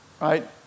Right